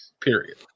period